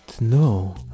No